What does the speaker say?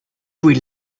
will